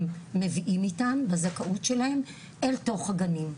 מביאים איתם בזכאות שלהם אל תוך הגנים.